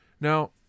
now